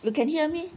you can hear me